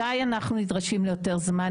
מתי אנחנו נדרשים ליותר זמן?